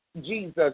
Jesus